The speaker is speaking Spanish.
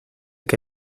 qué